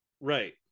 right